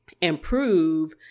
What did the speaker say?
improve